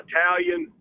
Italian